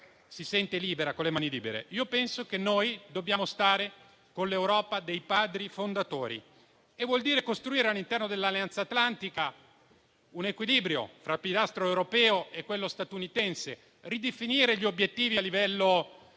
si sente con le mani libere? Penso che dobbiamo stare con l'Europa dei Padri fondatori e questo vuol dire costruire, all'interno dell'Alleanza atlantica, un equilibrio tra il pilastro europeo e quello statunitense e ridefinire gli obiettivi a livello